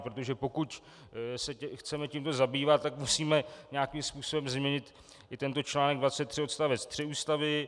Protože pokud se chceme tímto zabývat, tak musíme nějakým způsobem změnit i tento čl. 23 odst. 3 Ústavy.